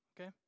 okay